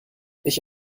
ich